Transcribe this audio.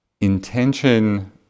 Intention